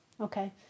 Okay